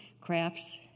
crafts